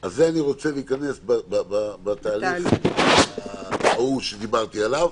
אז לזה אני רוצה להיכנס בתהליך ההוא שדיברתי עליו,